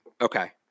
Okay